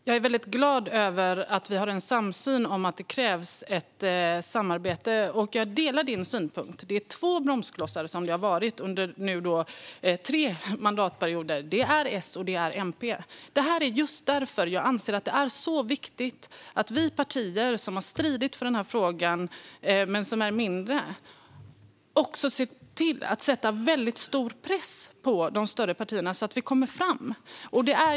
Fru talman! Jag är väldigt glad över att vi har en samsyn om att det krävs ett samarbete. Jag delar din synpunkt. Det har varit två bromsklossar under tre mandatperioder. Det är S och MP. Det är just därför jag anser att det är så viktigt att vi i de partier som har stridit för den här frågan men som är mindre ser till att sätta väldigt stor press på de större partierna så att vi kommer fram.